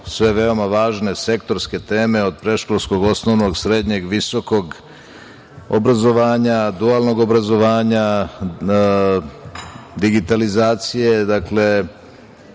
sve veoma važne sektorske teme, od predškolskog, osnovnog, srednjeg, visokog obrazovanja, dualnog obrazovanja, digitalizacije. Takođe,